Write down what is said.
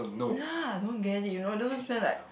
ya don't get it you know doesn't spend like